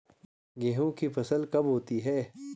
गेहूँ की फसल कब होती है?